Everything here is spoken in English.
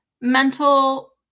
mental